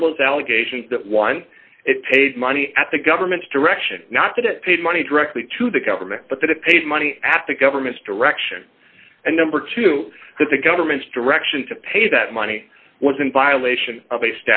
frivolous allegations that one it paid money at the government's direction not that it paid money directly to the government but that it paid money at the government's direction and number two that the government's direction to pay that money was in violation of